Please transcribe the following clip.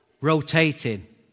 rotating